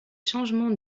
changement